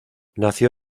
nació